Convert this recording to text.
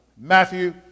Matthew